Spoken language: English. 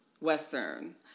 Western